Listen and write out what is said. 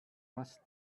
must